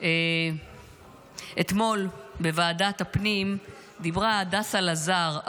אתמול בוועדת הפנים דיברה הדסה לזר,